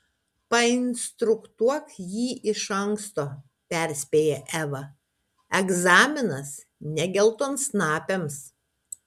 painstruktuok jį iš anksto perspėjo eva egzaminas ne geltonsnapiams